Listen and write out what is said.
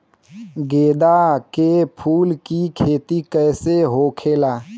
गेंदा के फूल की खेती कैसे होखेला?